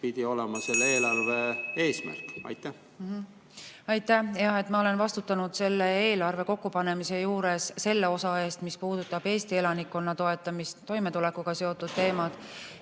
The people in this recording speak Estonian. pidi olema selle eelarve eesmärk. Aitäh! Ma olen vastutanud selle eelarve kokkupanemise juures selle osa eest, mis puudutab Eesti elanikkonna toetamist, need on toimetulekuga seotud teemad,